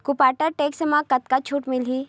कुबटा टेक्टर म कतका छूट मिलही?